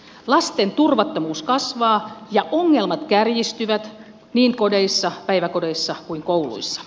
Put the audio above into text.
lasten turvattomuus kasvaa ja ongelmat kärjistyvät niin kodeissa päiväkodeissa kuin kouluissa